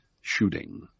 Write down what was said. shooting